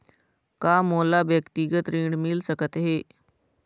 का मोला व्यक्तिगत ऋण मिल सकत हे?